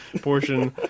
portion